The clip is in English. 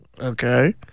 Okay